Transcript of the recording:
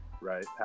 right